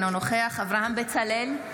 אינו נוכח אברהם בצלאל,